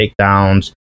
takedowns